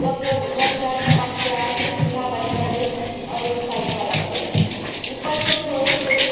جب وہ ابل کر پک جائے تو چولہا بند کر دے اور ایک سائڈ پر رکھ لے اوپر سے تھوڑے سے